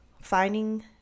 finding